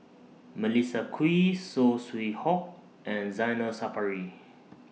Melissa Kwee Saw Swee Hock and Zainal Sapari